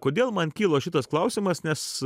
kodėl man kilo šitas klausimas nes